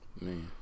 man